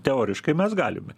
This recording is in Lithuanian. teoriškai mes galime